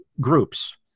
groups